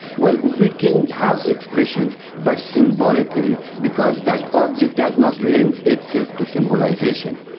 well, we can have expressions, but symbolically. because that object does not lend itself to symbolisation.